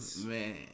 man